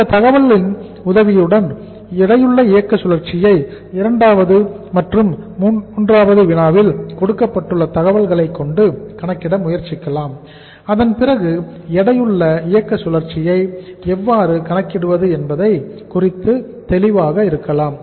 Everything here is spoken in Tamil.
இந்த தகவலின் உதவியுடன் எடையுள்ள இயக்க சுழற்சியை இரண்டாவது மற்றும் மூன்றாவது வினாவில் கொடுக்கப்பட்டுள்ள தகவல்களை கொண்டு கணக்கிட முயற்சிக்கலாம் அதன்பிறகு எடையுள்ள இயக்க சுழற்சியை எவ்வாறு கணக்கிடுவது என்பது குறித்து தெளிவாக இருக்கலாம்